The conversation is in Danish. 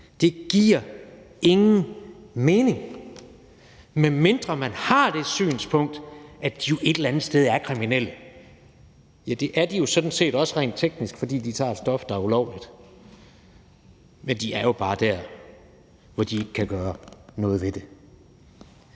Det giver ingen mening, medmindre man har det synspunkt, at de jo et eller andet sted er kriminelle. Og det er de jo sådan set også rent teknisk, fordi de tager et stof, der er ulovligt. Men de er jo bare der, hvor de ikke kan gøre noget ved det.